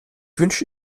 wünsche